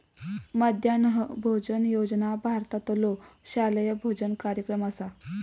मध्यान्ह भोजन योजना भारतातलो शालेय भोजन कार्यक्रम असा